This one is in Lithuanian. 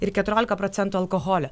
ir keturiolika procentų alkoholio